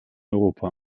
europa